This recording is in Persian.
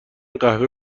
قهوه